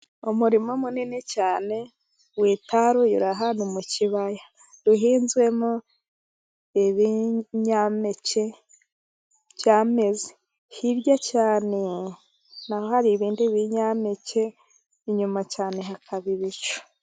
Umurima munini cyane, witaruye uri ahantu mu kibaya. Uhinzwemo ibinyampeke byameze. Hirya cyaneee! Naho hari ibindi binyampeke, inyuma cyane hakaba ibicu.